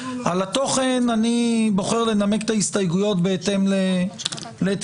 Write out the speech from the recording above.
על התוכן אני בוחר לנמק את ההסתייגויות בהתאם לתפיסתי,